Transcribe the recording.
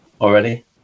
Already